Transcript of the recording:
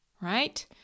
right